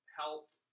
helped